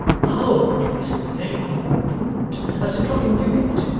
how could you be so very imprudent as to come from newgate!